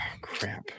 Crap